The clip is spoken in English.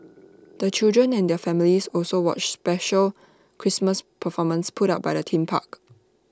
the children and their families also watched special Christmas performances put up by the theme park